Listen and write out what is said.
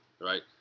Right